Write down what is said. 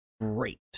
great